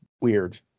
weird